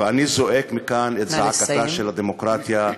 ואני זועק מכאן את זעקתה של הדמוקרטיה.